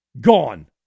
gone